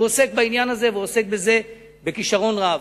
הוא עוסק בעניין הזה ועוסק בזה בכשרון רב.